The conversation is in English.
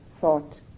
thought